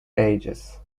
ages